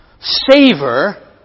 savor